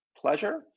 pleasure